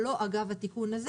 לא אגב התיקון הזה